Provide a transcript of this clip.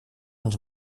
ens